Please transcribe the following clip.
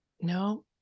no